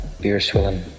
beer-swilling